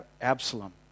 Absalom